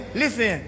listen